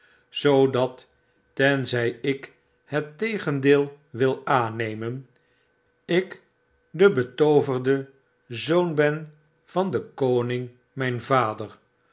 zoodat tenzij ik het tegendeel wil aanneraen ik debetverdezoon ben van den koning mjjn vader